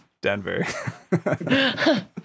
denver